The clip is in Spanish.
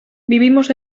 vivimos